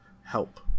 help